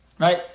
right